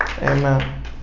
Amen